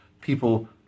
people